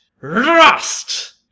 Rust